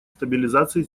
стабилизации